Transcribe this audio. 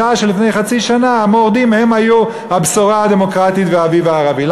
בשעה שלפני חצי שנה המורדים היו הבשורה הדמוקרטית והאביב הערבי.